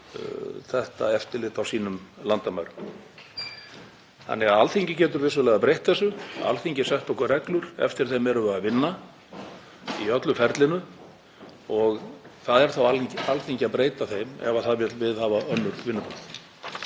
þetta eftirlit á landamærum sínum. Alþingi getur vissulega breytt þessu. Alþingi setti okkur reglur og eftir þeim erum við að vinna í öllu ferlinu. Það er þá Alþingis að breyta þeim ef það vill viðhafa önnur vinnubrögð.